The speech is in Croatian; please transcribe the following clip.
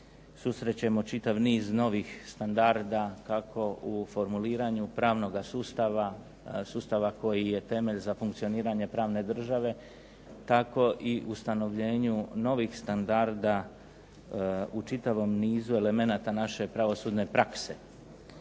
susrećemo čitav niz novih standarda, kako u formuliranju pranoga sustava, sustava koji je temelj za funkcioniranje pravne države, tako i ustanovljenju novih standarda u čitavom nizu elemenata naše pravosudne prakse.